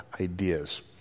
ideas